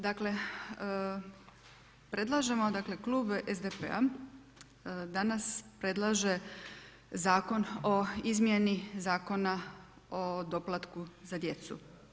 Dakle, predlažemo, dakle klub SDP-a danas predlaže Zakon o izmjeni Zakona o doplatku za djecu.